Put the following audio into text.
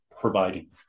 providing